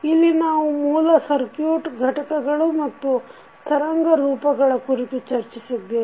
ಇಲ್ಲಿ ನಾವು ಮೂಲ ಸಕ್ಯು೯ಟ್ ಘಟಕಗಳು ಮತ್ತು ತರಂಗ ರೂಪಗಳ ಕುರಿತು ಚರ್ಚಿಸಿದ್ದೇವೆ